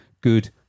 Good